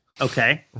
okay